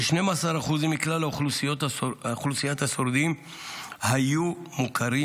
כ-12% מכלל אוכלוסיית השורדים היו מוכרים